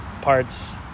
parts